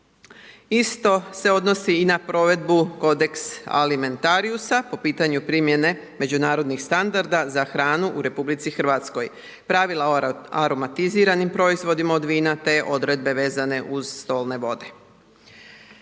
Isto se odnosi i na provedbu .../Govornik se ne razumije./... po pitanju primjene međunarodnih standarda za hranu u RH. Pravila o aromatiziranim proizvodima od vina, te odredbe vezane uz stolne vode.